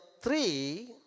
three